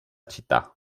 città